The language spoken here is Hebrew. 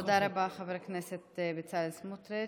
תודה רבה, חבר הכנסת בצלאל סמוטריץ'.